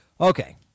okay